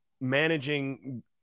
managing